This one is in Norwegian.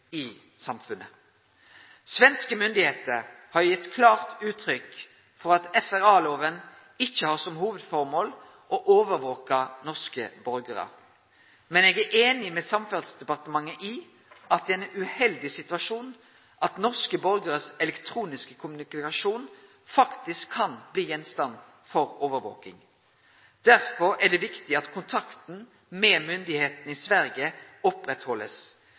i samfunnet. Svenske myndigheiter har gitt klart uttrykk for at FRA-lova ikkje har som hovudformål å overvake norske borgarar. Men eg er einig med Samferdselsdepartementet i at det er ein uheldig situasjon at elektronisk kommunikasjon frå norske borgarar faktisk kan bli gjenstand for overvaking. Derfor er det viktig at kontakten med myndigheitene i Sverige